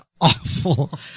awful